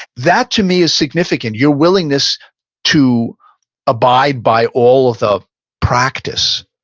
that to me is significant. your willingness to abide by all of the practice